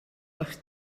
wrth